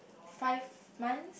five month